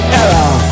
error